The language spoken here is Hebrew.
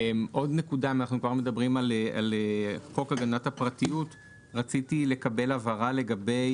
אנחנו מדברים על חוק הגנת הפרטיות ורציתי לקבל הבהרה לגבי